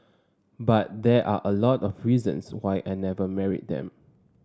but there are a lot of reasons why I never married them